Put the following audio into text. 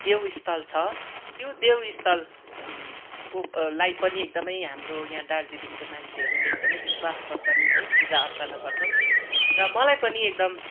देवस्थल छ त्यो देवस्थल कोलाई पनि एकदमै हाम्रो यहाँ दार्जिलिङको मान्छेहरूले एकदमै विश्वास गर्छन् है पूजा अर्चना गर्छन् र मलाई पनि एकदम